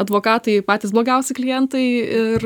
advokatai patys blogiausi klientai ir